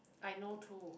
I know too